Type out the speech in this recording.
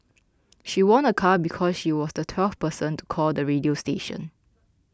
she won a car because she was the twelfth person to call the radio station